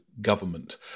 government